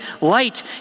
light